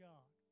God